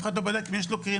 אף אחד לא בדק אם יש לו קרינה,